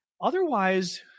Otherwise